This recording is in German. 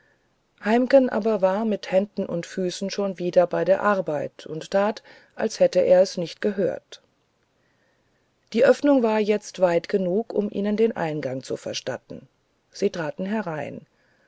heimken aber war mit händen und füßen schon wieder bei der arbeit und tat als hätte er es nicht gehört die öffnung war jetzt weit genug um ihnen den eingang zu verstatten sie traten hinein